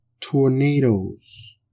tornadoes